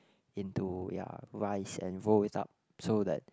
into ya rice and roll it up so that